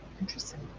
Interesting